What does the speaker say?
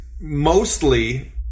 mostly